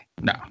No